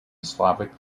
slavic